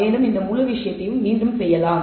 மேலும் இந்த முழு விஷயத்தையும் மீண்டும் செய்யலாம்